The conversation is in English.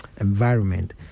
environment